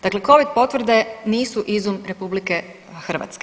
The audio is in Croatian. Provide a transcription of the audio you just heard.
Dakle, covid potvrde nisu izum RH.